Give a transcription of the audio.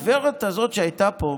הגברת הזאת שהייתה פה,